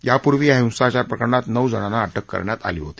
त्यापूर्वी या हिंसाचार प्रकरणात नऊ जणांना अटक करण्यात आली होती